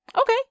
Okay